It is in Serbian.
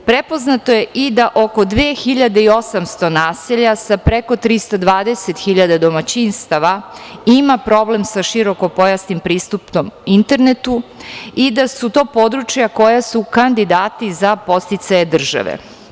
Prepoznato je i da oko 2.800 naselja sa preko 320 hiljada domaćinstava ima problem sa širokopojasnim pristupom internetu i da su to područja koja su kandidati za podsticaje države.